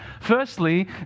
Firstly